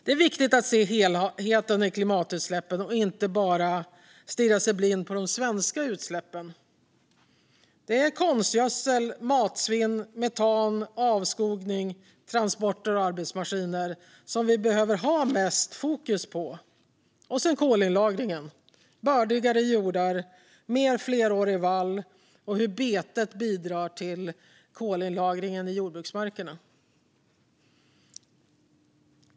Det är viktigt att se helheten i klimatutsläppen och inte bara stirra sig blind på de svenska utsläppen. Vi behöver ha mest fokus på konstgödsel, matsvinn, metan, avskogning, transporter och arbetsmaskiner. Därtill bör vi fokusera på kolinlagring, bördigare jordar, mer flerårig vall och hur betet bidrar till kolinlagringen i jordbruksmarkerna.